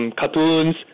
cartoons